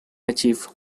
achieve